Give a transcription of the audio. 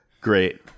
Great